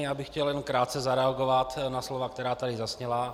Já bych chtěl jenom krátce zareagovat na slova, která tady zazněla.